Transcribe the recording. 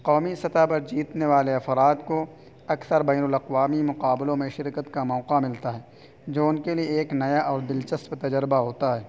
قومی سطح پر جیتنے والے افراد کو اکثر بین الاقوامی مقابلوں میں شرکت کا موقع ملتا ہے جو ان کے لیے ایک نیا اور دلچسپ تجربہ ہوتا ہے